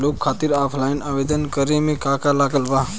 Loan खातिर offline आवेदन करे म का का लागत बा?